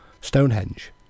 Stonehenge